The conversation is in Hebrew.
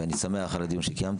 ואני שמח על הדיון שקיימתי.